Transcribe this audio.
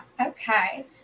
Okay